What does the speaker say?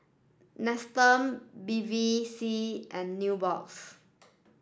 Nestum Bevy C and Nubox